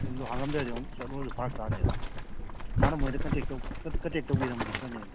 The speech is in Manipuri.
ꯌꯨꯝꯗꯣ ꯍꯥꯡꯉꯝꯗ꯭ꯔꯗꯤ ꯑꯃꯨꯛ ꯆꯠꯂꯨꯔꯁꯨ ꯐꯥꯔꯛ ꯇꯥꯅꯤꯗꯅ ꯍꯥꯟꯅ ꯀꯟꯇꯦꯛ ꯇꯧ ꯀꯟꯇꯦꯛ ꯇꯧꯕꯤꯔꯥꯃꯗꯤ ꯐꯥꯅꯤꯗꯅ